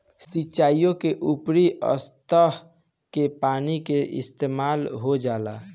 सिंचाईओ में ऊपरी सतह के पानी के इस्तेमाल हो जाला